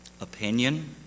opinion